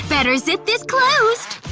better zip this closed